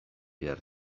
behar